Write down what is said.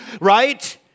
right